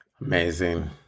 Amazing